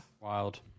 Wild